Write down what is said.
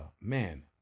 man